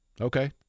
Okay